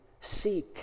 Seek